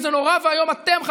וזה נורא ואיום שאתם,